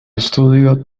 estudio